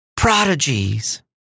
Prodigies